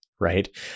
right